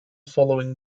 following